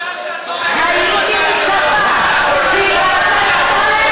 בושה שאת לא, הייתי מצפה, חברי